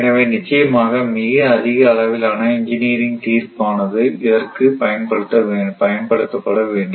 எனவே நிச்சயமாக மிக அதிக அளவிலான இன்ஜினியரிங் தீர்ப்பு ஆனது இங்கு பயன்படுத்தப்பட வேண்டும்